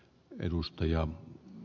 eteenpäin